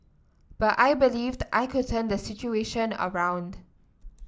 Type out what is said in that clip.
but I believed I could turn the situation around